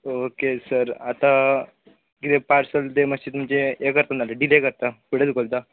okay sir आतां कितें parcel ते मात्शें तुमचें हे करता ना तर डीले करता फुडें धुकलता